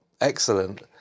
excellent